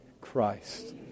Christ